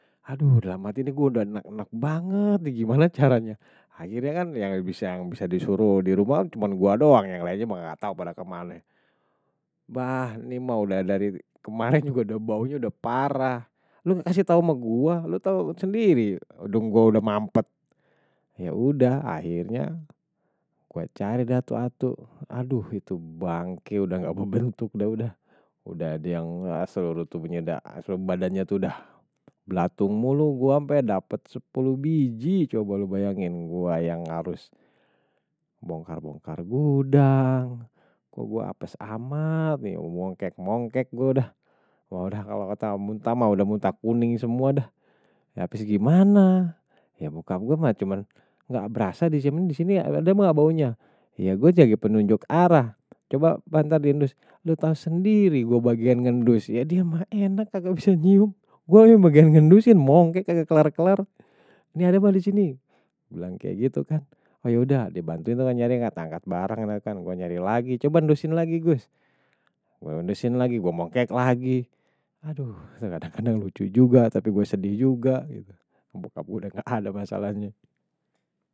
Aduh, udah dalam hati ini gue udah eneg eneg banget nih, gimana caranya akhirnya kan yang bisa disuruh di rumah cuma gue doang, yang lainnya gak tau kemana. Bah, ini udah dari kemarin, udah baunya parah. Lu ngasih tau sama gue, lu tau sendiri. Udah gue udah mampet. Ya udah, akhirnya, gue cari dah satu satu. Aduh, itu bangke, udah gak membentuk. Udah, udah, udah. Udah, dia yang asal. Badannya tuh udah belatung mulu, gue sampe dapet sepuluh biji. Coba lo bayangin, gue yang harus bongkar bongkar gudang. Kok gue apes amat nih, mongkek mongkek gue udah. Wah, udah kalo kata muntah, mah udah muntah kuning semua dah. Ya habis gimana ya bokap gue mah, cuman gak berasa di sini, adem gak baunya. Ya gue jadi penunjuk arah. Coba, ntar diindus. Lu tau sendiri, gue bagian ngendus. Ya dia mah enak, gak bisa nyium. Gue bagian ngindusin, mongkek ga kelar kelar. Nih ada mah di sini. Kaya gitu kan. Oh yaudah, dibantuin tuh kan nyari angkat angkat bareng. Gue nyari lagi, coba indusin lagi, gus. Gue indusin lagi, gue mongkek lagi. Aduh, kadang kadang lucu juga, tapi gue sedih juga. Bokap gue udah gak ada masalahnye.